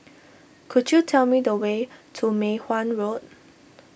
could you tell me the way to Mei Hwan Road